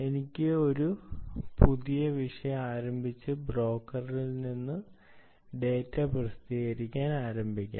എനിക്ക് ഒരു പുതിയ വിഷയം ആരംഭിച്ച് ബ്രോക്കറിൽ ഡാറ്റ പ്രസിദ്ധീകരിക്കാൻ ആരംഭിക്കാം